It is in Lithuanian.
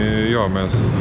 jo mes